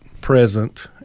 present